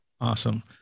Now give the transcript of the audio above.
Awesome